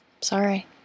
sorry